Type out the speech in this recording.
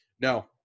No